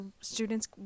students